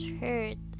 hurt